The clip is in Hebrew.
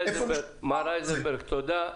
תודה.